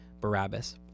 Barabbas